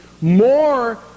more